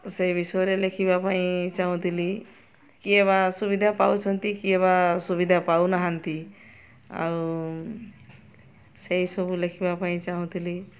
ସେଇ ବିଷୟରେ ଲେଖିବା ପାଇଁ ଚାହୁଁଥିଲି କିଏ ବା ସୁବିଧା ପାଉଛନ୍ତି କିଏ ବା ସୁବିଧା ପାଉନାହାନ୍ତି ଆଉ ସେଇସବୁ ଲେଖିବା ପାଇଁ ଚାହୁଁଥିଲି